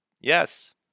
yes